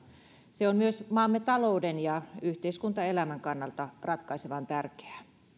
se on myös maamme talouden ja yhteiskuntaelämän kannalta ratkaisevan tärkeää